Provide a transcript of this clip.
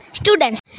students